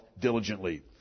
diligently